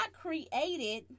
created